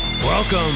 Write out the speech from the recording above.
Welcome